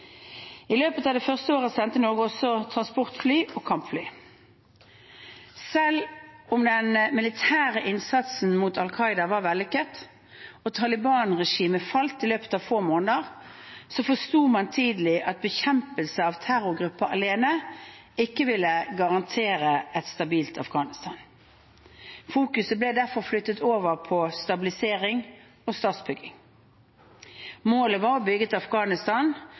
I løpet av det første året sendte Norge også transportfly og kampfly. Selv om den militære innsatsen mot Al Qaida var vellykket og Taliban-regimet falt i løpet av få måneder, forsto man tidlig at bekjempelse av terrorgrupper alene ikke ville garantere et stabilt Afghanistan. Fokuset ble derfor flyttet over til stabilisering og statsbygging. Målet var å bygge et Afghanistan